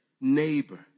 neighbor